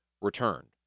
returned